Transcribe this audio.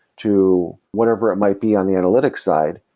to whatever it might be on the analytics side.